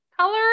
color